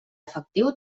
efectiu